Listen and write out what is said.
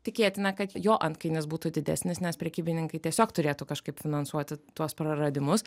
tikėtina kad jo antkainis būtų didesnis nes prekybininkai tiesiog turėtų kažkaip finansuoti tuos praradimus